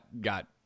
got